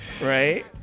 right